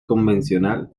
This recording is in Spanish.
convencional